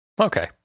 Okay